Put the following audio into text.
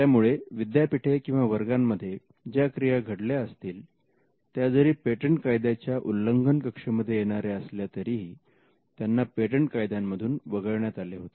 त्यामुळे विद्यापीठे किंवा वर्गांमध्ये ज्या क्रिया घडल्या असतील त्या जरी पेटंट कायद्याच्या उल्लंघन कक्षेमध्ये येणाऱ्या असल्या तरीही त्यांना पेटंट कायद्या मधून वगळण्यात आले होते